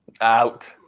Out